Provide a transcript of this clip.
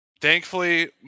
thankfully